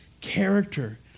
character